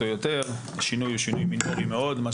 אני